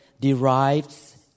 derives